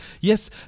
Yes